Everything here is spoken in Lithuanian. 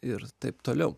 ir taip toliau